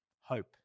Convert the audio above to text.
hope